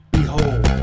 behold